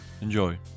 enjoy